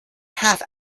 half